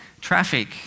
traffic